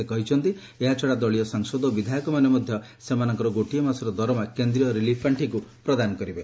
ସେ କହିଛନ୍ତି ଏହାଛଡା ଦଳୀୟ ସାଂସଦ ଓ ବିଧାୟକମାନେ ମଧ୍ୟ ସେମାନଙ୍କର ଗୋଟିଏ ମାସର ଦରମା କେନ୍ଦ୍ରୀୟ ରିଲିଫ ପାଣ୍ଡିକ୍ ପ୍ରଦାନ କରିବେ